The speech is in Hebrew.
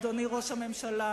אדוני ראש הממשלה,